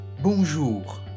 Bonjour